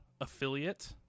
affiliate